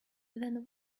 then